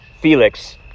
Felix